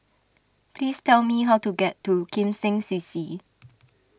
please tell me how to get to Kim Seng C C